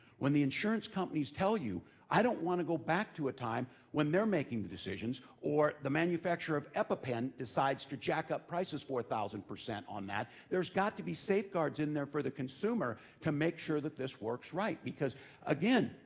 when the insurance companies tell you i don't want to go back to a time when they're making decisions, or the manufacturer of epipen decides to jack up prices four thousand on that, there's got to be safeguards in there for the consumer to make sure that this works right. because again,